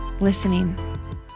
listening